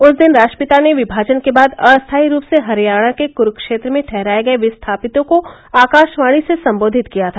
उस दिन राष्ट्रपिता ने विभाजन के बाद अस्थायी रूप से हरियाणा के कुरुक्षेत्र में ठहराए गए विस्थापितों को आकाशवाणी से संबोधित किया था